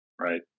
Right